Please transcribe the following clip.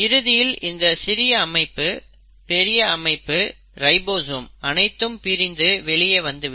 இறுதியில் இந்த சிறிய அமைப்பு பெரிய அமைப்பு ரைபோசோம் அனைத்தும் பிரிந்து வெளியே வந்துவிடும்